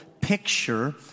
picture